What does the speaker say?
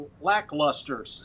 lackluster